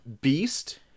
Beast